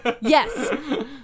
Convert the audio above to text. yes